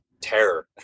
terror